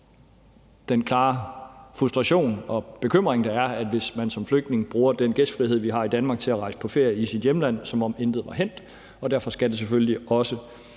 den klare frustration og bekymring, der er, hvis man som flygtning bruger den gæstfrihed, vi har i Danmark, til at rejse på ferie i sit hjemland, som om intet var hændt, og derfor skal det selvfølgelig også